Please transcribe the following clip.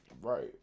Right